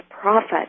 profit